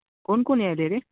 कोण कोण यायलय रे